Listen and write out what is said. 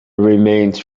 remains